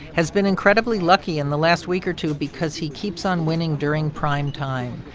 has been incredibly lucky in the last week or two because he keeps on winning during primetime.